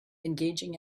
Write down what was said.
engaging